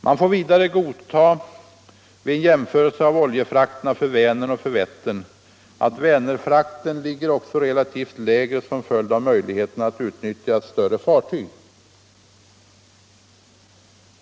Man får vidare godta vid en jämförelse av oljefrakterna för Vänern och för Vättern att Vänerfrakten ligger relativt lägre som följd av möjligheten att utnyttja större fartyg.